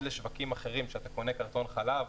לשווקים אחרים שאתה קונה קרטון חלב,